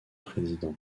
président